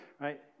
right